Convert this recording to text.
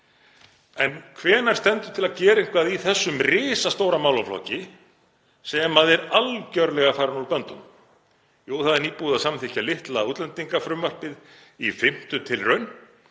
en hvenær stendur til að gera eitthvað í þessum risastóra málaflokki sem er algerlega farinn úr böndunum? Jú, það er nýbúið að samþykkja litla útlendingafrumvarpið í fimmtu tilraun